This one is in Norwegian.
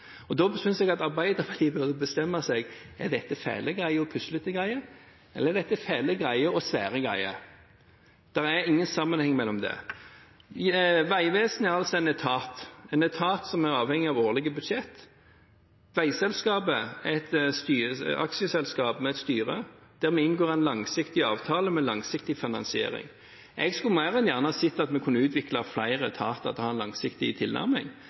kongeriket. Da synes jeg at Arbeiderpartiet burde bestemme seg: Er dette fæle greier og puslete greier, eller er dette fæle greier og svære greier? Det er ingen sammenheng mellom det. Vegvesenet er en etat som er avhengig av årlige budsjetter. Veiselskapet er et aksjeselskap med et styre, der vi inngår en langsiktig avtale med langsiktig finansiering. Jeg skulle mer enn gjerne sett at vi kunne utviklet flere etater til å ha en langsiktig tilnærming,